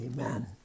Amen